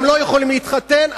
הם לא יכולים להתחתן,